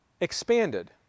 expanded